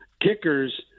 kickers